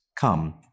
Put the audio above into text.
come